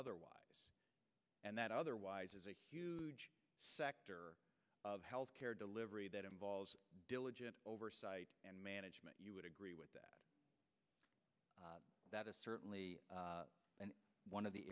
otherwise and that otherwise is a huge sector of healthcare delivery that involves diligent oversight and management you would agree with that that is certainly one of the